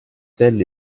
sel